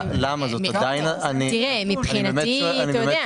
תראה מבחינתי אתה יודע.